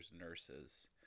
nurses